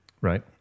Right